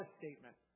statement